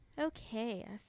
Okay